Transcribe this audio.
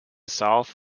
south